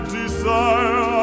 desire